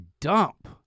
dump